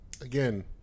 Again